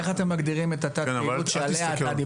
אז איך אתם מגדירים את התת-פעילות שעליה אתה דיברת?